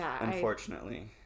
unfortunately